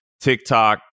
TikTok